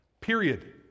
period